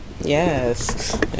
yes